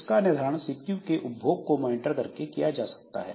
इसका निर्धारण सीपीयू के उपभोग को मॉनिटर करके किया जाता है